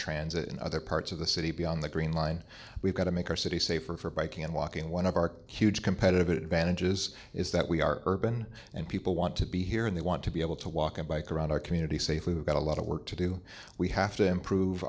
transit in other parts of the city beyond the green line we've got to make our city safer for biking and walking one of our huge competitive advantages is that we are been and people want to be here and they want to be able to walk and bike around our community safely we've got a lot of work to do we have to improve